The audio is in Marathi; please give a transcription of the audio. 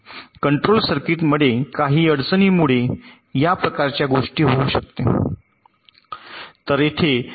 कंट्रोल सर्किटमध्ये काही अडचणींमुळे या प्रकारच्या गोष्टी होऊ शकते